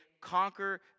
conquer